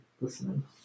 listening